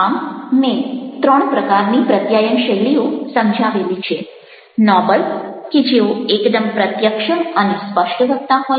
આમ મેં ત્રણ પ્રકારની પ્રત્યાયન શૈલીઓ સમજાવેલી છે નોબલ કે જેઓ એકદમ પ્રત્યક્ષ અને સ્પષ્ટવક્તા હોય છે